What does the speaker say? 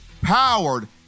powered